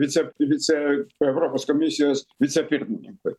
vice vice europos komisijos vicepirmininkui